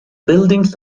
buildings